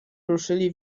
ruszyli